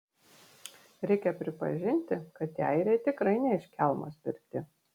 reikia pripažinti kad tie airiai tikrai ne iš kelmo spirti